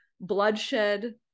bloodshed